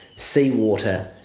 sea water,